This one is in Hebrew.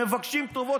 מבקשים טובות.